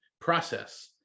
process